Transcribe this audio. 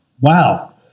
Wow